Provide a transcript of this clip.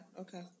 okay